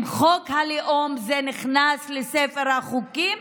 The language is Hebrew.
עם חוק הלאום זה נכנס לספר החוקים,